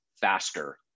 faster